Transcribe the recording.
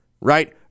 Right